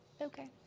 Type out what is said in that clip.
Okay